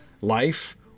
life